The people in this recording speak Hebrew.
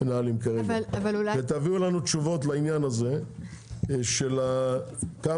תביאו תשובות כמה